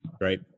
Great